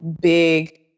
big